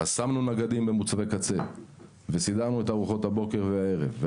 שמנו נגדים במוצבי קצה וסידרנו את ארוחות הבוקר והערב,